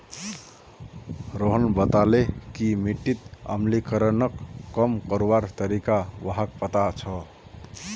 रोहन बताले कि मिट्टीत अम्लीकरणक कम करवार तरीका व्हाक पता छअ